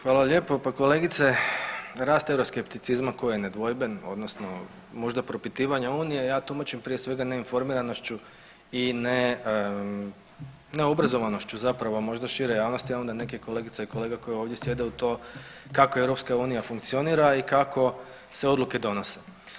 Hvala lijepo, pa kolegice rast euroskepticizma koji je nedvojben odnosno možda propitivanje unije ja tumačim prije svega neinformiranošću i neobrazovanošću zapravo možda šire javnosti, a onda neke kolegice i kolege koje ovdje sjede u to kako EU funkcionira i kako se odluke donose.